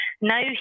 Now